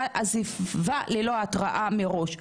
עזיבה ללא התראה מראש.